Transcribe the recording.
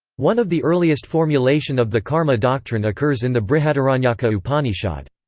one of the earliest formulation of the karma doctrine occurs in the brihadaranyaka upanishad.